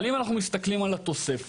אם אנחנו מסתכלים על התוספת,